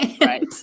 Right